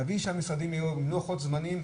להביא שהמשרדים יהיו עם לוחות הזמנים,